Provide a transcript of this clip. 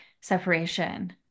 separation